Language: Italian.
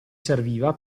serviva